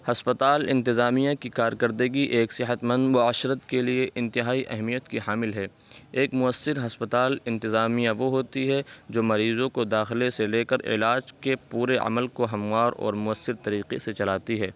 ہسپتال انتظامیہ کی کارکردگی ایک صحت مند معاشرت کے لیے انتہائی اہمیت کی حامل ہے ایک مؤثر ہسپتال انتظامیہ وہ ہوتی ہے جو مریضوں کو داخلے سے لے کر علاج کے پورے عمل کو ہموار اور مؤثر طریقے سے چلاتی ہے